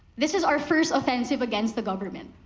this is our first offensive against the government.